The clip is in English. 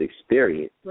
experience